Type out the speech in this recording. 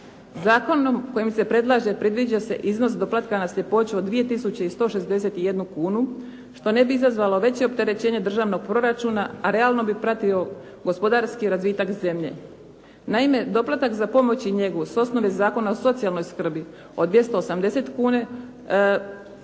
Zakonom koji se predlaže predviđa se iznos doplatka na sljepoću od 2161 kunu što ne bi izazvalo veće opterećenje državnog proračuna a realno bi pratio gospodarski razvitak zemlje. Naime, doplatak za pomoć i njegu sa osnove Zakona o socijalnoj skrbi od 280 kuna